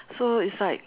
so it's like